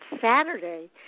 Saturday